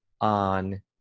on